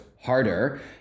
harder